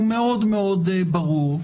הוא מאוד מאוד ברור.